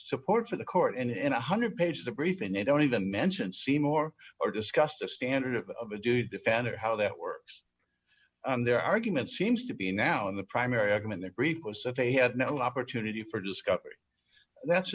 support for the court and one hundred page the brief and they don't even mention seymour or discuss the standard of a do defender how that works on their argument seems to be now in the primary argument that brief us of a had no opportunity for discovery that's